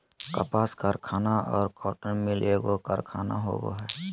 कपास कारखाना और कॉटन मिल एगो कारखाना होबो हइ